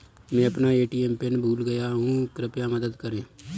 मैं अपना ATM pin भूल गया हूँ, कृपया मदद करें